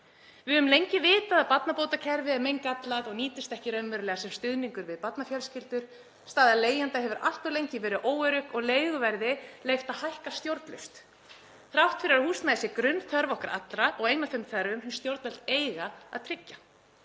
Við höfum lengi vitað að barnabótakerfið er meingallað og nýtist ekki raunverulega sem stuðningur við barnafjölskyldur. Staða leigjenda hefur allt of lengi verið óörugg og leiguverði leyft að hækka stjórnlaust þrátt fyrir að húsnæði sé grunnþörf okkar allra og ein af þeim þörfum sem stjórnvöld eiga að tryggja.